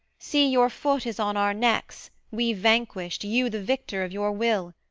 see, your foot is on our necks, we vanquished, you the victor of your will.